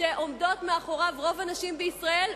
שעומדות מאחוריו רוב הנשים בישראל,